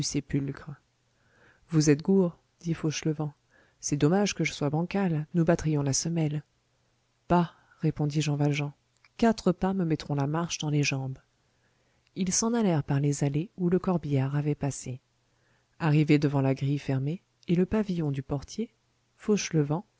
sépulcre vous êtes gourd dit fauchelevent c'est dommage que je sois bancal nous battrions la semelle bah répondit jean valjean quatre pas me mettront la marche dans les jambes ils s'en allèrent par les allées où le corbillard avait passé arrivés devant la grille fermée et le pavillon du portier fauchelevent